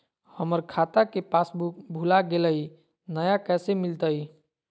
हमर खाता के पासबुक भुला गेलई, नया कैसे मिलतई?